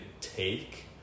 take